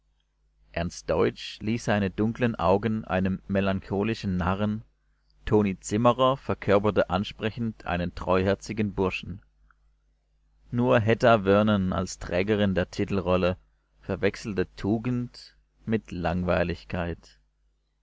ernst deutsch lieh seine dunklen augen einem melancholischen narren toni zimmerer verkörperte ansprechend einen treuherzigen burschen nur hedda vernon als trägerin der titelrolle verwechselte tugend mit langweiligkeit